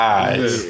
eyes